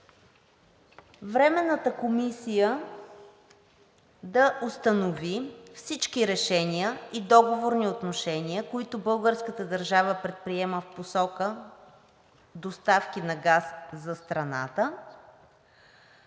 „Временната комисия да установи всички решения и договорни отношения, които българската държава предприема в посока доставки на газ за страната,